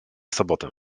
sobotę